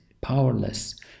powerless